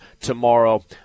tomorrow